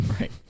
Right